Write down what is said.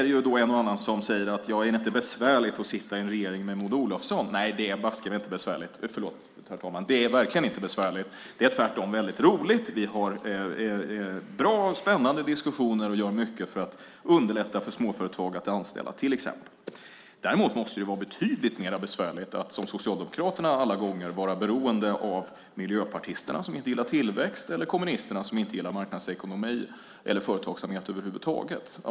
Det finns en och annan som undrar om det inte är besvärligt att sitta i en regering med Maud Olofsson. Det är verkligen inte besvärligt. Det är tvärtom väldigt roligt. Vi har bra och spännande diskussioner och gör mycket för att underlätta för småföretag att anställa till exempel. Däremot måste det vara betydligt mer besvärligt att som Socialdemokraterna alla gånger vara beroende av miljöpartisterna som inte gillar tillväxt eller kommunisterna som inte gillar marknadsekonomi eller företagsamhet över huvud taget.